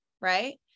right